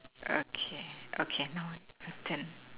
okay okay now your turn